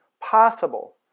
possible